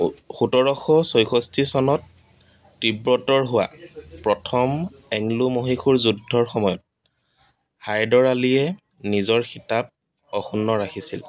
সোতৰশ ছয়ষষ্টি চনত তীব্ৰতৰ হোৱা প্ৰথম এংলো মহীশূৰ যুদ্ধৰ সময়ত হায়দৰ আলীয়ে নিজৰ খিতাপ অক্ষুণ্ণ ৰাখিছিল